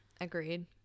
agreed